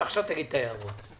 ועכשיו תגיד את ההערות.